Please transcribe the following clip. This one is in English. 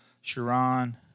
Sharon